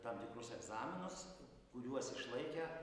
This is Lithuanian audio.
tam tikrus egzaminus kuriuos išlaikę